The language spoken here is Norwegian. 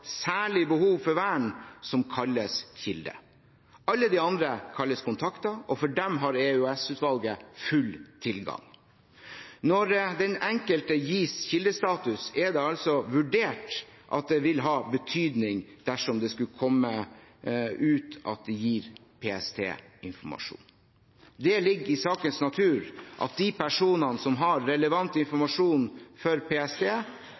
særlig behov for vern, som kalles kilder. Alle de andre kalles kontakter, og for dem har EOS-utvalget full tilgang. Når den enkelte gis kildestatus, er det altså vurdert sånn at det vil ha betydning dersom det skulle komme ut at de gir PST informasjon. Det ligger i sakens natur at de personene som har relevant informasjon for PST,